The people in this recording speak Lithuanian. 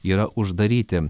yra uždaryti